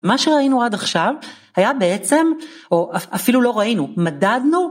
מה שראינו עד עכשיו היה בעצם או אפילו לא ראינו מדדנו